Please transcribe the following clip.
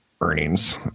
earnings